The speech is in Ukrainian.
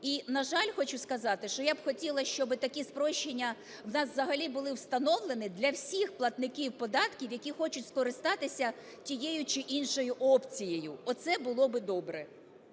і, на жаль, хочу сказати, що я б хотіла, щоб такі спрощення у нас взагалі були встановлені для всіх платників податків, які хочуть скористатися тією чи іншою опцією. Оце було би добре.